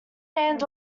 named